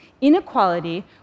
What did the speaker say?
inequality